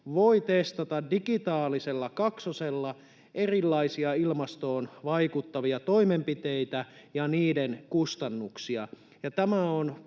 voi testata digitaalisella kaksosella erilaisia ilmastoon vaikuttavia toimenpiteitä ja niiden kustannuksia.